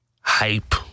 hype